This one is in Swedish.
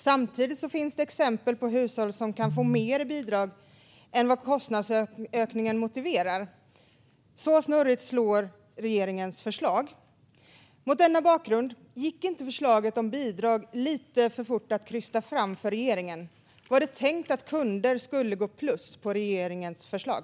Samtidigt finns det exempel på hushåll som kan få mer i bidrag än vad kostnadsökningen motiverar. Så snurrigt slår regeringens förslag. Mot denna bakgrund undrar jag om inte förslaget om bidrag gick lite för fort att krysta fram för regeringen. Var det tänkt att kunder skulle gå plus på regeringens förslag?